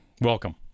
Welcome